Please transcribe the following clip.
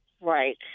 Right